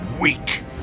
weak